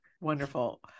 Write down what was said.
Wonderful